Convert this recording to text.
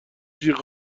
جیغ